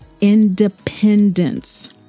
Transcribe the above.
independence